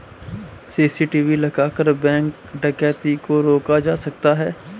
CCTV लगाकर bank डकैती को रोका जा सकता है